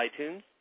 iTunes